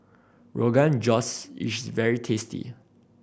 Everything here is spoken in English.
Rogan Josh is very tasty